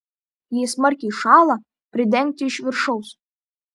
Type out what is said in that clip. jei smarkiai šąla pridengti iš viršaus